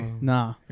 Nah